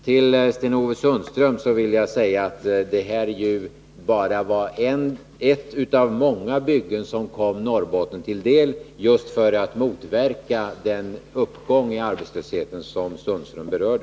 Till Sten-Ove Sundström vill jag säga att det här bygget bara var ett bygge bland många som kom Norrbotten till del just för att motverka den uppgång i arbetslösheten som Sten-Ove Sundström berörde.